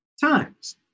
Times